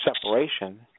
separation